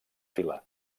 fila